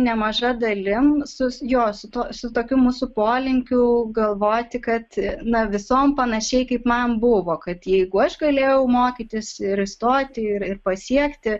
nemaža dalim su jo su tuo su tokiu mūsų polinkiu galvoti kad na visom panašiai kaip man buvo kad jeigu aš galėjau mokytis ir įstoti ir pasiekti